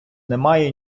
немає